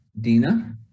Dina